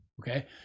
Okay